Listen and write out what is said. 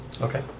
Okay